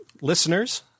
listeners